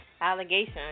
allegation